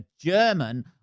German